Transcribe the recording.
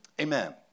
Amen